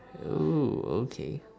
oo okay